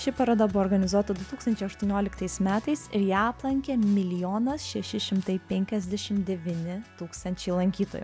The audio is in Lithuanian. ši paroda buvo organizuota du tūkstančiai aštuonioliktais metais ir ją aplankė milijonas šeši šimtai penkiasdešim devyni tūkstančiai lankytojų